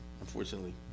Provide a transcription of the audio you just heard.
unfortunately